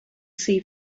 see